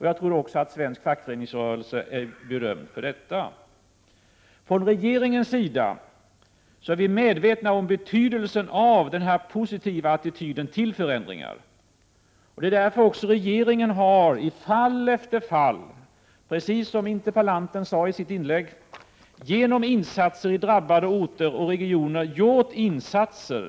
Jag tror också att svensk fackföreningsrörelse är berömd för detta. Från regeringens sida är vi medvetna om betydelsen av en positiv attityd till förändringar. Därför har regeringen i fall efter fall, precis som interpellanten sade i sitt inlägg, genom åtgärder i drabbade orter och regioner gjort insatser, Prot.